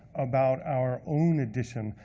about our own edition,